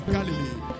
Galilee